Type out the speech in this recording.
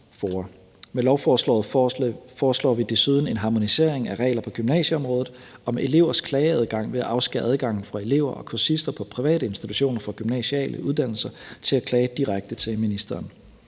Med lovforslaget foreslår vi desuden en harmonisering af regler på gymnasieområdet om elevers klageadgang ved at afskære adgangen for elever og kursister på private institutioner for gymnasiale uddannelser til at klage direkte til ministeren.